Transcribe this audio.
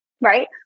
Right